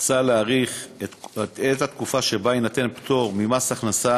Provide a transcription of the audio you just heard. מוצע להאריך את התקופה שבה יינתן פטור ממס הכנסה